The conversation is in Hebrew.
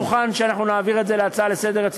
אתה מוכן שנעביר את הנושא כהצעה לסדר-היום